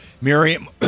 Miriam